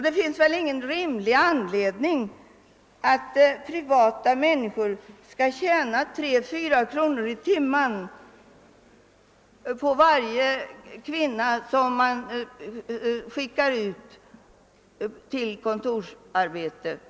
Det finns väl ingen rimlig anledning att enskilda människor skall tjäna tre till fyra kronor per timme på varje person som man sänder ut till kontorsarbete.